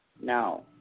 No